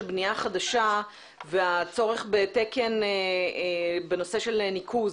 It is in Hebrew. בנייה חדשה והצורך בתקן בנושא של ניקוז.